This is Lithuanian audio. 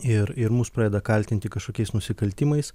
ir ir mus pradeda kaltinti kažkokiais nusikaltimais